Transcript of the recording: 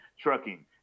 trucking